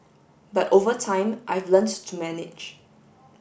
but over time I've learnt to manage